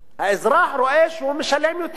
האזרח רואה שהוא משלם יותר.